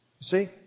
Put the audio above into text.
see